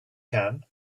can